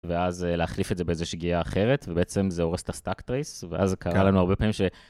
ואז להחליף את זה באיזו שגיאה אחרת ובעצם זה הורס את הסטאקטריס ואז קרה לנו הרבה פעמים.